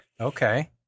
Okay